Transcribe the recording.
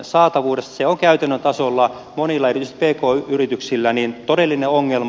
se on käytännön tasolla monilla erityisesti pk yrityksillä todellinen ongelma